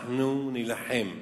אנחנו נילחם.